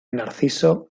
narciso